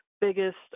biggest